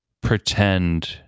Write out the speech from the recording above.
pretend